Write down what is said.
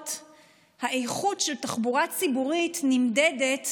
אחרות האיכות של תחבורה ציבורית נמדדת